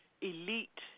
elite